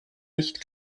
nicht